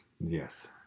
yes